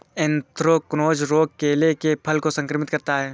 anthracnose रोग केले के फल को संक्रमित करता है